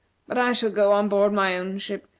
but i shall go on board my own ship,